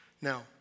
Now